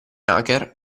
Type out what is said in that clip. hacker